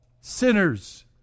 sinners